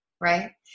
right